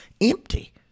empty